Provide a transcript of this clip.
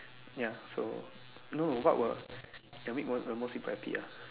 ya so no what will ya make most most people happy ah